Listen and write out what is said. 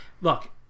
look